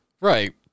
Right